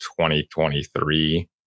2023